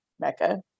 Mecca